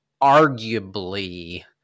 arguably